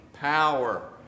power